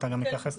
כן.